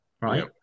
right